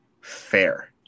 fair